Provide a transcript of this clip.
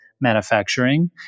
manufacturing